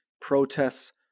protests